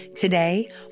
Today